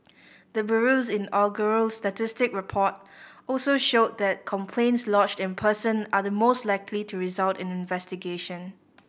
the bureau's inaugural statistic report also showed that complaints lodged in person are the most likely to result in investigation